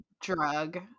drug